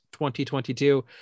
2022